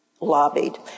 lobbied